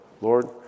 Lord